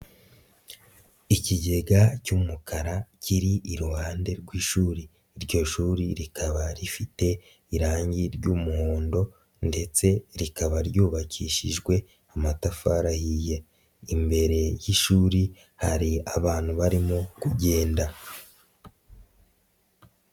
ikigega cy'umukara kiri iruhande rw'ishuri. Iryo shuri rikaba rifite irangi ry'umuhondo ndetse rikaba ryubakishijwe amatafari ahiye. Imbere y'ishuri hari abantu barimo kugenda.